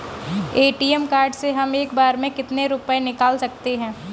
ATM card से हम एक बार में कितने रुपये निकाल सकते हैं?